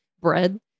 bread